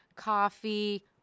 coffee